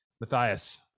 matthias